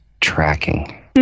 tracking